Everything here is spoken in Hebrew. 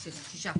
שישה.